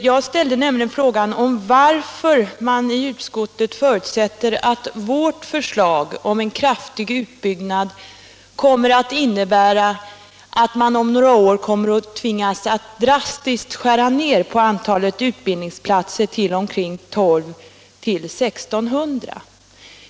Jag ställde nämligen frågan varför utskottet förutsätter att vårt förslag om en kraftig utbyggnad kommer att innebära att man om några år tvingas att drastiskt skära ner antalet utbildningsplatser till mellan 1200 och 1600.